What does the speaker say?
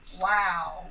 Wow